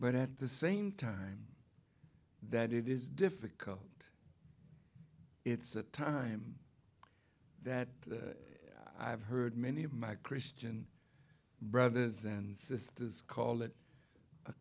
but at the same time that it is difficult it's a time that i have heard many of my christian brothers and sisters call it a